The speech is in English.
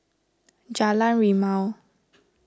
Jalan Rimau